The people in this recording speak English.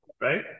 right